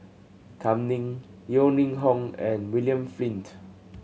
Kam Ning Yeo Ning Hong and William Flint